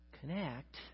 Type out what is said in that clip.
Connect